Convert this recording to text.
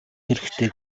хэрэгтэй